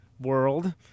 World